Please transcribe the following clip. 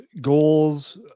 goals